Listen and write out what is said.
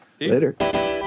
later